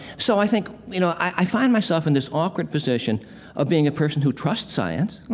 so i think, you know, i find myself in this awkward position of being a person who trusts science,